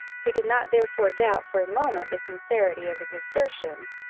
he did not therefore doubt for a moment the sincerity of his assertion,